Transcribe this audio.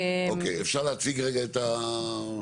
אפשר להציג רגע את המפה?